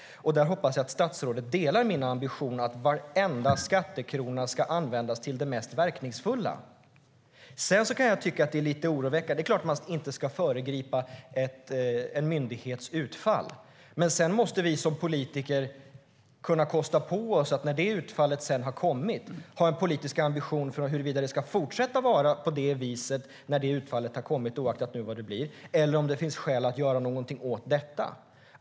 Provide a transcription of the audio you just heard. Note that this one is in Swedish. Jag hoppas att statsrådet delar min ambition att varenda skattekrona ska användas till det mest verkningsfulla. Det är klart att vi inte ska föregripa en myndighets utfall, men vi politiker måste kunna kosta på oss att när utfallet väl har kommit ha en politisk ambition för huruvida det ska fortsätta att vara på det viset, oavsett vad utfallet blir, eller om det finns skäl att göra något åt det.